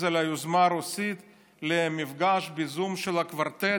על היוזמה הרוסית למפגש בזום של הקוורטט,